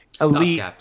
Elite